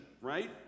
right